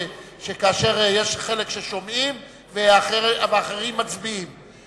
שכאשר יש חלק ששומעים ואחרים מצביעים.